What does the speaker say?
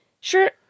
sure